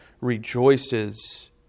rejoices